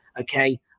okay